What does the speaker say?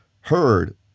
heard